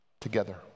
together